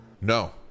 No